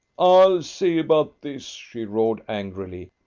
i'll see about this, she roared angrily,